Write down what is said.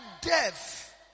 death